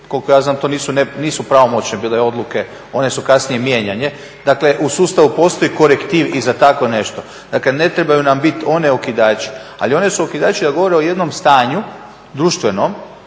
koliko ja znam to nisu pravomoćne bile odluke, one su kasnije mijenjane. Dakle u sustavu postoji korektiv i za takvo nešto, dakle ne trebaju nam biti one okidači. Ali one su okidači jer govore o jednom stanju, društvenom,